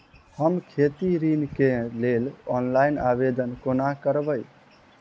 हम खेती ऋण केँ लेल ऑनलाइन आवेदन कोना करबै?